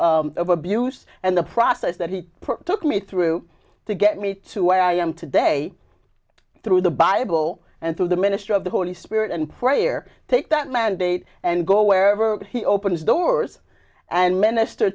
story of abuse and the process that it took me through to get me to where i am today through the bible and through the ministry of the holy spirit and prayer take that mandate and go wherever he opens doors and minister